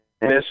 miss